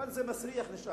אבל זה נשאר מסריח.